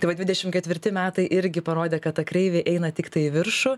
tai va dvidešim ketvirti metai irgi parodė kad ta kreivė eina tiktai į viršų